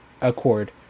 Accord